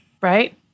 Right